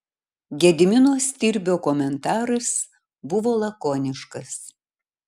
gedimino stirbio komentaras buvo lakoniškas